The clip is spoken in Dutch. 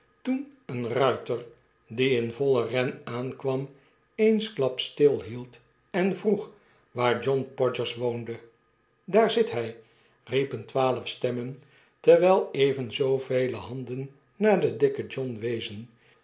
toen een ruiter die in vollen renaankwam eensklaps stilhield en vroeg waar john podgers woonde daar zit hij riepen twaalf stemmen terwyl even zoovele handen naar den dikken john wezen